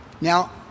Now